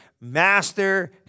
master